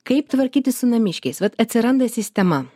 kaip tvarkytis su namiškiais vat atsiranda sistema